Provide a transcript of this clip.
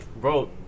bro